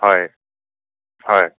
হয় হয়